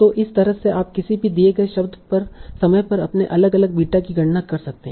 तो इस तरह से आप किसी भी दिए गए समय पर अपने अलग अलग बीटा की गणना कर सकते हैं